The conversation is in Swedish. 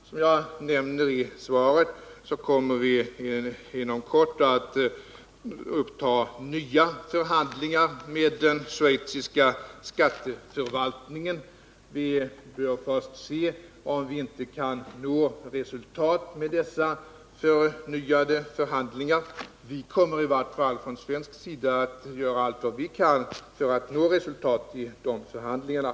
Som jag nämnde i svaret kommer vi inom kort att uppta nya förhandlingar med den schweiziska skatteförvaltningen. Vi bör— innan andra åtgärder vidtas — se om vi inte kan nå resultat med dessa förnyade Nr 30 förhandlingar. Vi kommer i vart fall från svensk sida att göra allt vi kan för att Fredagen den nå resultat i de förhandlingarna.